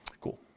Cool